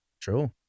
True